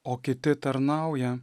o kiti tarnauja